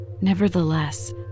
Nevertheless